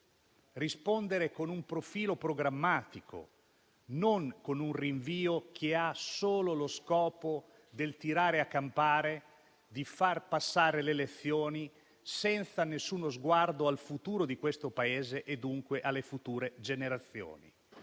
economica, con un profilo programmatico, non con un rinvio che ha solo lo scopo di tirare a campare, di far passare le elezioni senza nessuno sguardo al futuro di questo Paese e dunque alle future generazioni.